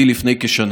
בחרו.